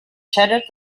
shattered